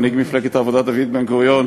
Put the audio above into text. מנהיג מפלגת העבודה דוד בן-גוריון,